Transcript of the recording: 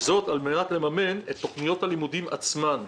וזאת על-מנת לממן את תכניות הלימודים עצמן.